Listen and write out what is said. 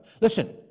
Listen